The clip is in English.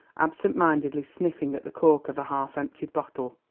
absent-mindedly sniffling at the cork of a half-emptied bottle.